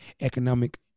economic